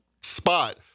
spot –